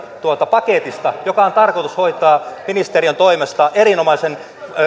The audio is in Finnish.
paketista joka on tarkoitus hoitaa ministeriön toimesta erinomaisen